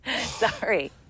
Sorry